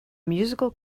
musical